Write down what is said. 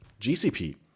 GCP